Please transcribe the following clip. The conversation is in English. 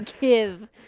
give